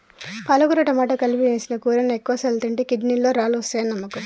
పాలకుర టమాట కలిపి సేసిన కూరని ఎక్కువసార్లు తింటే కిడ్నీలలో రాళ్ళు వస్తాయని నమ్మకం